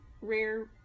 rare